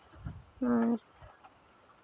ᱟᱨ